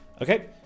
Okay